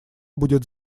будет